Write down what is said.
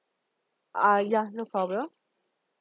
uh ya no problem